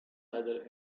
either